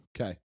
okay